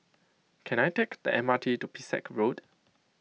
can I take the M R T to Pesek Road